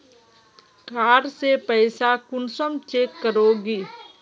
Card से पैसा कुंसम चेक करोगी?